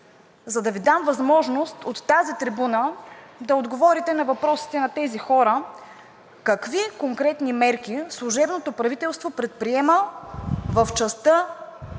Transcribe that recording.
за да Ви дам възможност от тази трибуна да отговорите на въпросите на тези хора: какви конкретни мерки предприема служебното правителство в частта